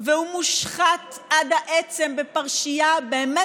והוא מושחת עד העצם בפרשייה שהיא באמת